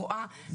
רואה,